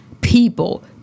People